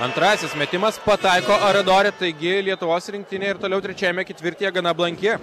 antrasis metimas pataiko aradori taigi lietuvos rinktinė ir toliau trečiajame ketvirtyje gana blanki